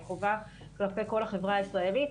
היא חובה כלפי כל החברה הישראלית.